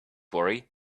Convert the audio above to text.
worry